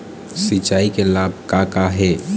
सिचाई के लाभ का का हे?